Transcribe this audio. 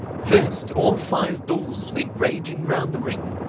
first, all five bulls went raging round the ring,